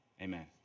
amen